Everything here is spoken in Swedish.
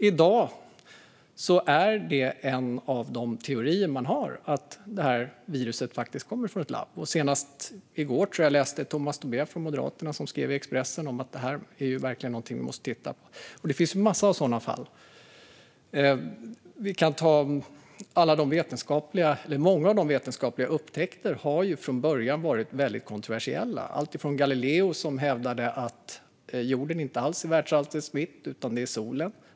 I dag är detta en av de teorier man har: att viruset faktiskt kommer från ett labb. Senast i går, tror jag att det var, läste jag att Tomas Tobé från Moderaterna skrev i Expressen att detta verkligen är någonting man måste titta på. Och det finns massor av sådana fall. Många vetenskapliga upptäckter har från början varit väldigt kontroversiella. Det gäller Galilei, som hävdade att jorden inte alls är världsalltets mitt utan att det är solen.